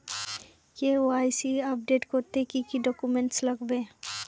KYC update করতে কি কি ডকুমেন্টস লাগবে?